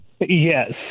yes